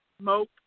smoke